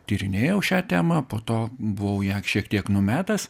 tyrinėjau šią temą po to buvau ją šiek tiek numetęs